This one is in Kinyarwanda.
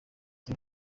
izi